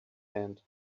hand